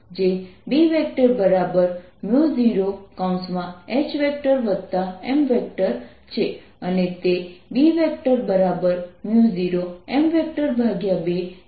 જે B 0H M છે અને તે B 0M2 છે